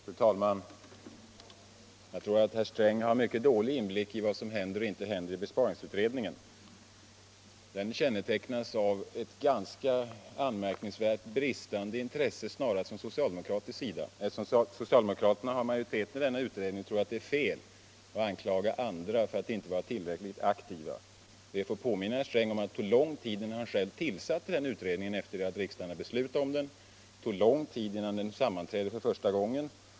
Fru talman! Jag tror att herr Sträng har en mycket dålig inblick i vad som händer och inte händer i besparingsutredningen. Den kännetecknas av en ganska anmärkningsvärd brist på intresse från snarast socialdemokratisk sida. Eftersom socialdemokraterna har majoriteten i denna utredning, tror jag det är fel att anklaga andra för att inte vara tillräckligt aktiva. Jag får påminna herr Sträng om att det tog lång tid innan han själv tillsatte utredningen efter det att riksdagen beslutat om den, och det tog lång tid innan den sammanträdde för första gången.